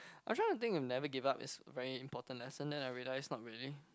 I trying to think if never give up is very important lesson then I realise not really